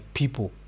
people